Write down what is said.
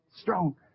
strong